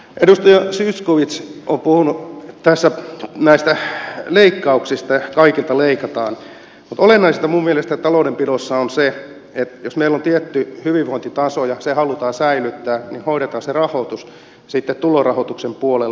edustaja zyskowicz on puhunut tässä näistä leikkauksista että kaikilta leikataan mutta olennaista minun mielestäni taloudenpidossa on se että jos meillä on tietty hyvinvointitaso ja se halutaan säilyttää niin hoidetaan se rahoitus sitten tulorahoituksen puolella